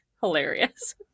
Hilarious